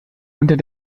unter